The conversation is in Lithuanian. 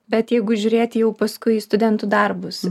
bet jeigu žiūrėti jau paskui į studentų darbus